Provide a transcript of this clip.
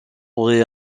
aurait